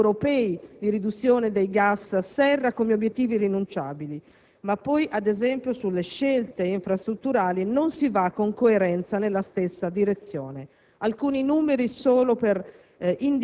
europei di riduzione dei gas serra, quali obiettivi irrinunciabili, ma poi, ad esempio, sulle scelte infrastrutturali non si va con coerenza nella stessa direzione. Alcuni numeri solo per